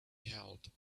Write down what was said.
held